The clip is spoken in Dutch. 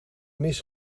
mis